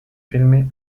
filme